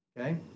okay